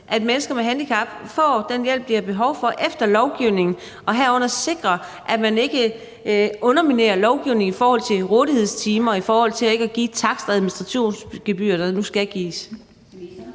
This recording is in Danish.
at mennesker med handicap får den hjælp, de har behov for efter lovgivningen, herunder sikre, at man ikke underminerer lovgivningen i forhold til rådighedstimer, i forhold til ikke at give de takster og administrationsgebyrer, der nu skal gives?